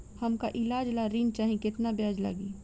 हमका ईलाज ला ऋण चाही केतना ब्याज लागी?